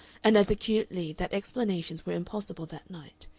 and as acutely that explanations were impossible that night.